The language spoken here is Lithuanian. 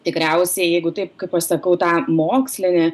tikriausiai jeigu taip kaip aš sakau tą mokslinį